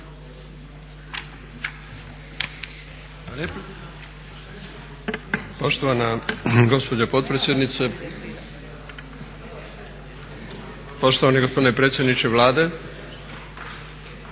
Poštovana gospođo potpredsjednice, poštovani gospodine predsjedniče Vlade.